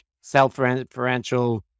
self-referential